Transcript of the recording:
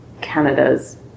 Canada's